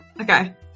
Okay